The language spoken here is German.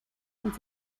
und